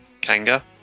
Kanga